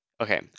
okay